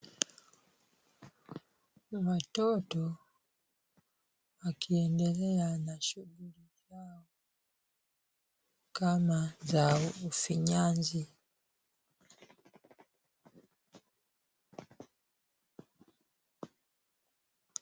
Ni watoto wakiendelea na shughuli zao kama za ufinyanzi.